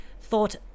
thought